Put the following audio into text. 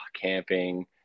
camping